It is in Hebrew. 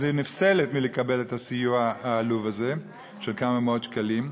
אז היא נפסלת מלקבל את הסיוע העלוב הזה של כמה מאות שקלים.